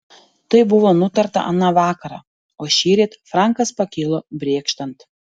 tai buvo nutarta aną vakarą o šįryt frankas pakilo brėkštant